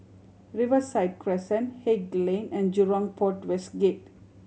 Riverside Crescent Haig Lane and Jurong Port West Gate